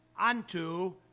unto